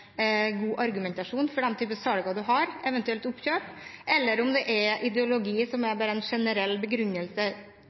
god argumentasjon for de typene salg man foretar, eventuelt oppkjøp, framfor ideologi, som bare er en generell begrunnelse